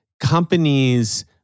companies